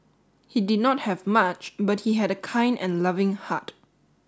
he did not have much but he had a kind and loving heart